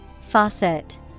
Faucet